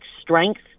strength